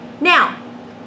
Now